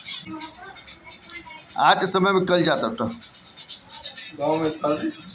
गांव में सतही जल के साथे साथे भू जल के भी व्यवस्था कईल जात हवे